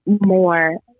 more